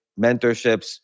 mentorships